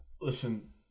Listen